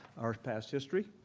our past history,